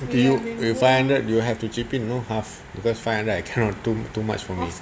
what do you if five hundred you have to chip in you know half because five hundred I cannot too much from me